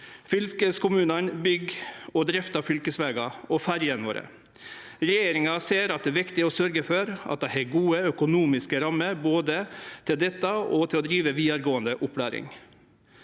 Fylkeskommunane byggjer og driftar fylkesvegane og ferjene våre. Regjeringa ser at det er viktig å sørgje for at dei har gode økonomiske rammer både til dette og til å drive vidaregåande opplæring.